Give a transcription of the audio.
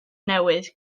newydd